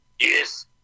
Yes